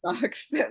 sucks